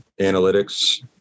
analytics